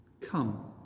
Come